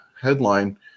headline